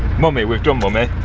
mummy, we've done mummy.